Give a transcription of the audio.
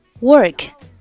Work